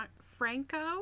Franco